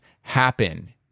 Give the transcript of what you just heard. happen